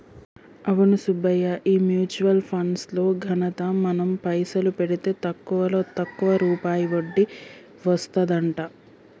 అవును సుబ్బయ్య ఈ mutual funds లో ఘనత మనం పైసలు పెడితే తక్కువలో తక్కువ రూపాయి వడ్డీ వస్తదంట